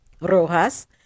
Rojas